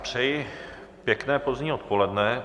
Přeji pěkné pozdní odpoledne.